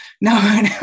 no